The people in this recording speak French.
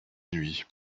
nuit